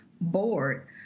board